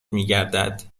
میگردد